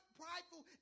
prideful